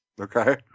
Okay